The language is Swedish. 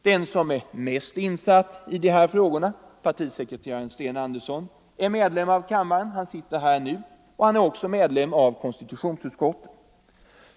Den som är mest insatt i dessa frågor, partisekreteraren Sten Andersson, är ledamot av kammaren — han sitter här nu — och han är också ledamot av konstitutionsutskottet.